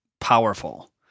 powerful